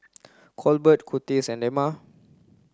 Colbert Kurtis and Dema